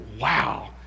wow